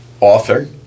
author